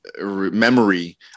memory